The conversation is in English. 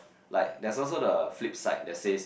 like there's also the flip side that says